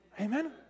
Amen